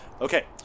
Okay